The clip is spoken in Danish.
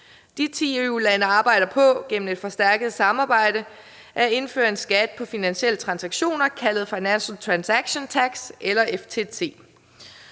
De ti EU-lande arbejder på gennem et forstærket samarbejde at indføre en skat på finansielle transaktioner, kaldet Financial Transaction Tax eller FTT.